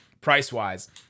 price-wise